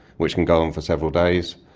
which can go on for several days,